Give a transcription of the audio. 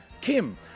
Kim